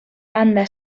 banda